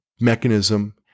mechanism